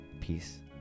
Peace